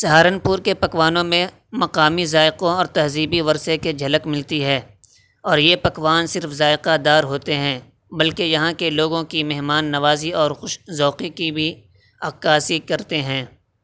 سہارنپور کے پکوانوں میں مقامی ذائقوں اور تہذیبی ورثے کی جھلک ملتی ہے اور یہ پکوان صرف ذائقہ دار ہوتے ہیں بلکہ یہاں کے لوگوں کی مہمان نوازی اور خوش ذوقی کی بھی عکاسی کرتے ہیں